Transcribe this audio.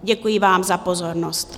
Děkuji vám za pozornost.